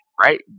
right